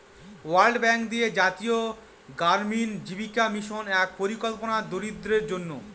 world Bank দিয়ে জাতীয় গড়ামিন জীবিকা মিশন এক পরিকল্পনা দরিদ্রদের জন্য